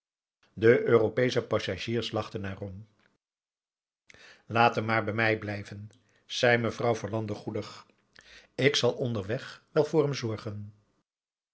de europeesche passagiers lachten erom laat hem maar bij mij blijven zei mevrouw verlande goedig ik zal onderweg wel voor hem zorgen